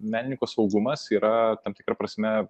menininko saugumas yra tam tikra prasme